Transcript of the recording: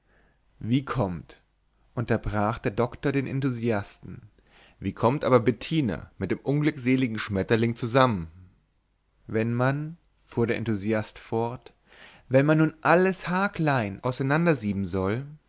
wie kommt unterbrach der doktor den enthusiasten wie kommt aber bettina mit dem unglückseligen schmetterling zusammen wenn man fuhr der enthusiast fort wenn man nun alles haarklein auseinandersieben soll